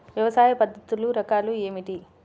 వ్యవసాయ పద్ధతులు రకాలు ఏమిటి?